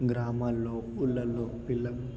గ్రామాలలో ఊళ్ళలో పిల్లలు